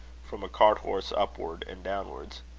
from a cart-horse upwards and downwards.